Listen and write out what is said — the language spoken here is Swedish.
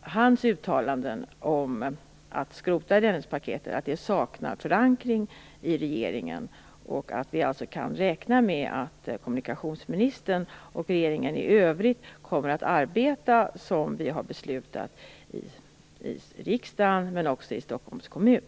hans uttalande om att skrota Dennispaketet saknar förankring i regeringen och att vi kan räkna med att kommunikationsministern och regeringen i övrigt kommer att arbeta som det har beslutats i riksdagen och även i Stockholms kommun.